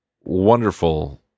wonderful